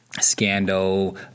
Scandal